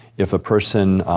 if a person,